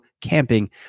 camping